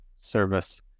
service